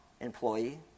employee